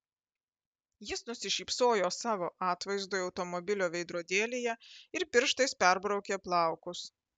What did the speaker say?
jis nusišypsojo savo atvaizdui automobilio veidrodėlyje ir pirštais perbraukė plaukus